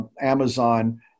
Amazon